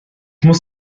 muss